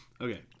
Okay